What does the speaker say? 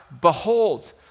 Behold